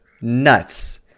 nuts